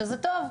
שזה טוב.